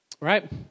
Right